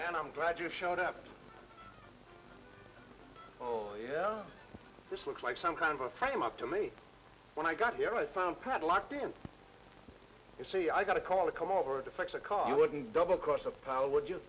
and i'm glad you showed up oh yeah this looks like some kind of a frame up to me when i got here i found padlocks here you see i got a call to come over to fix a car wouldn't double cross the power would you